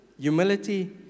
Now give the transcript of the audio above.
humility